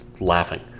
laughing